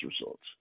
results